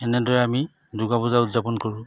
এনেদৰে আমি দুৰ্গা পূজা উদযাপন কৰোঁ